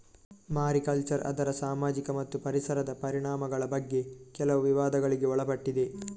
mariculture ಅದರ ಸಾಮಾಜಿಕ ಮತ್ತು ಪರಿಸರದ ಪರಿಣಾಮಗಳ ಬಗ್ಗೆ ಕೆಲವು ವಿವಾದಗಳಿಗೆ ಒಳಪಟ್ಟಿದೆ